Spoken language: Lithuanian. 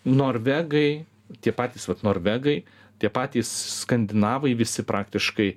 norvegai tie patys vat norvegai tie patys skandinavai visi praktiškai